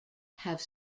have